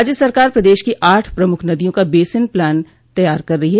राज्य सरकार प्रदेश की आठ प्रमुख नदियों का बेसिन प्लान तैयार कर रही है